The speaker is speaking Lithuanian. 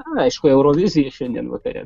aišku euroviziją šiandien vakare